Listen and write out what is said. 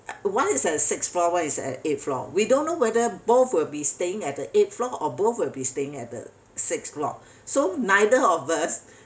one is at sixth floor one is at eighth floor we don't know whether both will be staying at the eighth floor or both will be staying at the sixth floor so neither of us